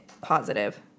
positive